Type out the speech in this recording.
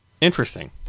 interesting